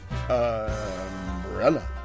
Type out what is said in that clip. umbrella